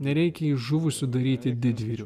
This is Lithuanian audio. nereikia žuvusių daryti didvyriu